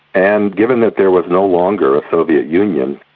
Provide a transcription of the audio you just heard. and given that there was no longer a soviet union,